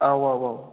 औ औ औ